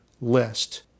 list